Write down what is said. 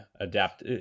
adapt